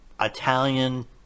Italian